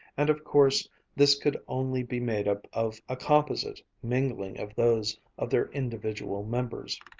and of course this could only be made up of a composite mingling of those of their individual members.